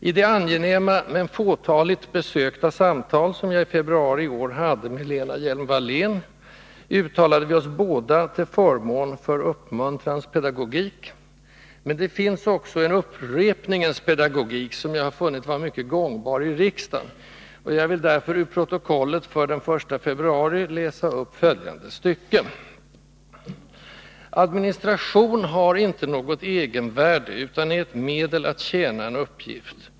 I det angenäma men fåtaligt besökta offentliga samtal som jag i februari i år hade med Lena Hjelm-Wallén här i kammaren uttalade vi oss båda till förmån för uppmuntrans pedagogik. Men det finns också en upprepningens pedagogik som jag har funnit vara mycket gångbar i riksdagen. Jag vill därför ur protokollet från den 1 februari läsa upp följande stycke: ”—-—--—- att administration inte har något egenvärde utan är ett medel att tjäna en uppgift.